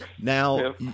Now